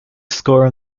score